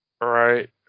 Right